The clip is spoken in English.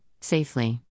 safely